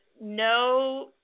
no